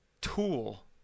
tool